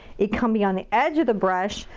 it can be on the edge of the brush.